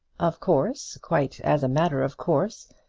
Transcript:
of course quite as a matter of course,